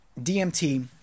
DMT